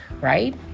right